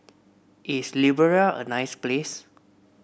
is Liberia a nice place